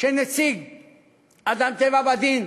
של נציג "אדם, טבע ודין"